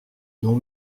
non